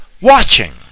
watching